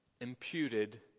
imputed